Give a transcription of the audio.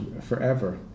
forever